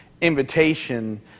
invitation